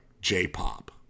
J-pop